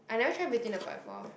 I never try Beauty in a Pot before